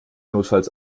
notfalls